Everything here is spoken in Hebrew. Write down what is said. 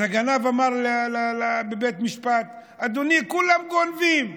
אז הגנב אמר בבית משפט: אדוני, כולם גונבים,